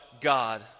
God